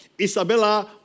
Isabella